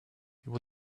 was